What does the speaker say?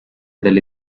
delle